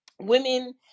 women